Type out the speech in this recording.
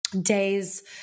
days